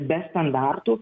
be standartų